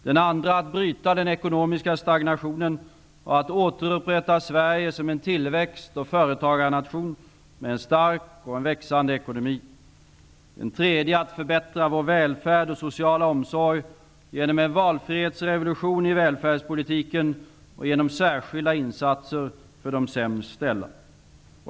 Den andra var att bryta den ekonomiska stagnationen och att återupprätta Sverige som en tillväxt och företagarnation med en stark och växande ekonomi. Den tredje var att förbättra vår välfärd och sociala omsorg genom en valfrihetsrevolution i välfärdspolitiken och genom särskilda insatser för de sämst ställda.